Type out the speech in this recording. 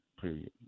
period